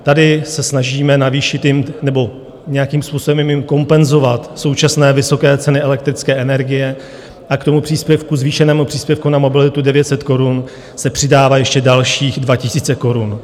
Tady se snažíme navýšit jim nebo nějakým způsobem jim i kompenzovat současné vysoké ceny elektrické energie a k tomu příspěvku, zvýšenému příspěvku na mobilitu 900 korun, se přidává ještě dalších 2 000 korun.